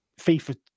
FIFA